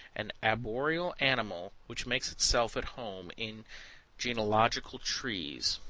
an arboreal animal which makes itself at home in genealogical trees.